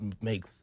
make